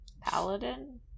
Paladin